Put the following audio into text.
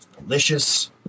delicious